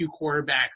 quarterbacks